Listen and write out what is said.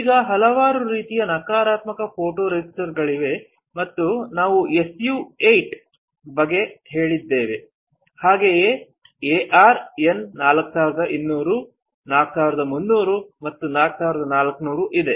ಈಗ ಹಲವಾರು ರೀತಿಯ ನಕಾರಾತ್ಮಕ ಫೋಟೊರೆಸಿಸ್ಟ್ಗಳಿವೆ ಮತ್ತು ನಾವು SU 8 ಬಗ್ಗೆ ಕೇಳಿದ್ದೇವೆ ಹಾಗೆಯೇ AR N 4200 4300 ಮತ್ತು 4400 ಇದೆ